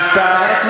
את החוק,